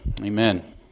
Amen